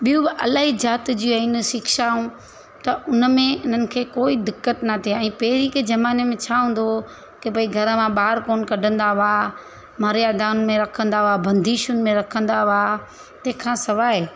ॿियूं बि इलाही जात जी आहिनि शिक्षाऊं त हुन में इन्हनि खे कोई दिक़त न थिए ऐं पहिरें के ज़माने में छा हूंदो हुओ की भाई घर मां ॿार कोन कढंदा हुआ मर्यादाउनि में रखंदा हुआ बंदिशुनि में रखंदा हुआ तंहिं खां सवाइ